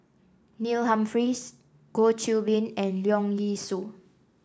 Neil Humphreys Goh Qiu Bin and Leong Yee Soo